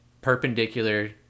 perpendicular